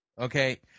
Okay